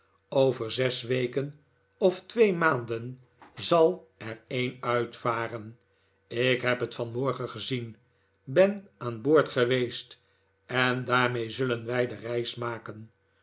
over zes weken of twee maanden zal er een liitvaren ik heb het vanmorgen gezien ben aan boord geweest en daarmee zullen wij de reis maken